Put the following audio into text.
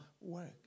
work